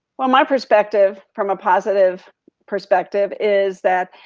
well my perspective, from a positive perspective is that,